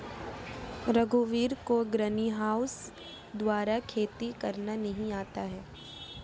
रघुवीर को ग्रीनहाउस द्वारा खेती करना नहीं आता है